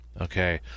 okay